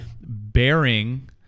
bearing